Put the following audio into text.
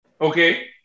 Okay